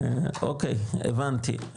הבנתי.